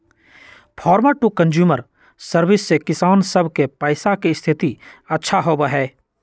farmer to consumer service से किसान सब के पैसा के स्थिति अच्छा होबा हई